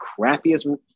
crappiest